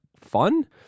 fun